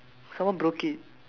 someone broke it